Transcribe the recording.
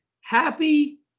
happy